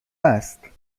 است